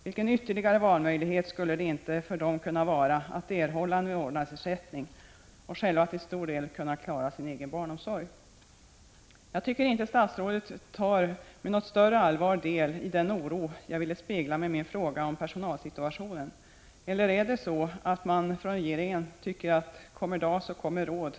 Vilken utmärkt ytterligare valmöjlighet skulle det för dem inte vara att erhålla en vårdnadsersättning och själva till stor del kunna klara sin barnomsorg? Jag tycker inte att statsrådet med något större allvar tar del av den oro som jag ville spegla med min fråga om personalsituationen. Eller är det så att man inom regeringen tror att kommer dag så kommer råd?